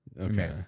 Okay